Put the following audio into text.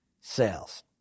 Sales